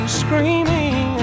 screaming